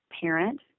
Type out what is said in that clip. parent